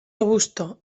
robusto